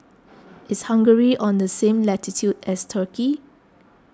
is hungary on the same latitude as Turkey